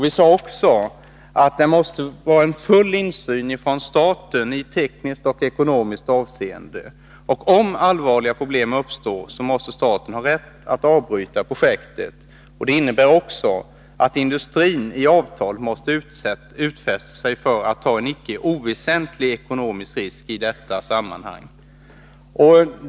Vi sade också att staten måste ha full insyn i tekniskt och ekonomiskt avseende, och om allvarliga problem uppstår måste staten ha rätt att avbryta projektet. Det innebär också att industrin i avtalet måste utfästa sig att ta en icke oväsentlig ekonomisk risk i detta sammanhang.